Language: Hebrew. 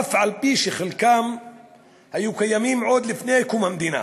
אף-על-פי שחלקם היו קיימים עוד לפני קום המדינה.